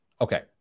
Okay